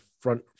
front